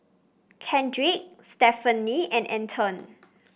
Kendrick Stephanie and Anton